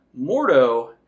Mordo